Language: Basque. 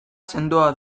sendoa